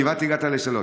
כמעט הגעת לשלוש.